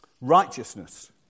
Righteousness